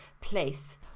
place